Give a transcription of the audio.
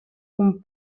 kun